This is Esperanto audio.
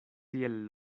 tiel